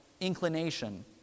inclination